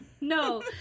No